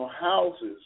houses